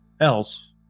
else